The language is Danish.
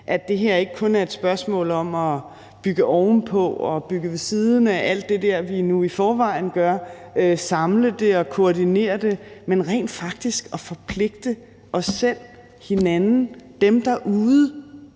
at det her ikke kun er et spørgsmål om at bygge ovenpå og bygge ved siden af og alt det der, vi nu i forvejen gør, at samle det og koordinere det, men rent faktisk at forpligte os selv, hinanden, dem derude,